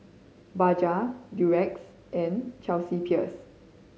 Bajaj Durex and Chelsea Peers